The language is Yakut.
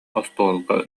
остуолга